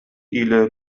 إلى